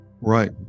Right